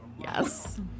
Yes